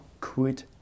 quit